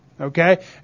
Okay